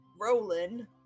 Roland